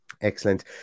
excellent